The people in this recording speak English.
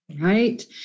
Right